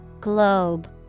Globe